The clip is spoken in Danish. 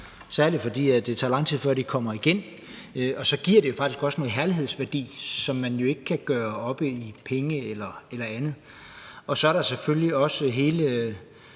særlig fordi det tager lang tid, før de kommer igen, og så giver det jo faktisk også en herlighedsværdi, som man ikke kan gøre op i penge eller andet. Så er der selvfølgelig også hele